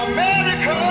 America